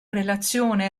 relazione